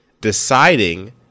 deciding